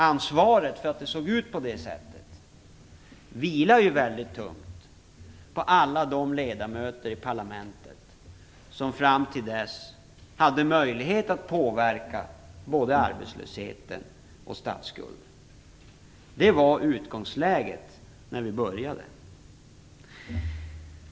Ansvaret för att det såg ut på det här sättet vilade mycket tungt på alla de ledamöter i riksdagen som fram till dess hade haft möjlighet att påverka både arbetslösheten och statsskulden. Det var utgångsläget för vårt arbete.